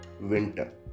winter